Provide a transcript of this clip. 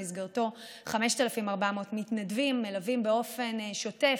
שבמסגרתו 5,400 מתנדבים מלווים באופן שוטף,